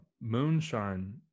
moonshine